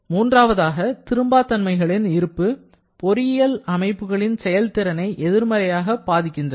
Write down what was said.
மூன்றாவதாக திரும்பா தன்மைகளின் இருப்பு பொறியியல் அமைப்புகளின் செயல்திறனை எதிர்மறையாக பாதிக்கின்றன